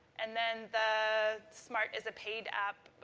and then the smart is a paid app,